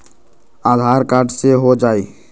आधार card से हो जाइ?